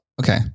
Okay